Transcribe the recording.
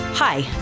Hi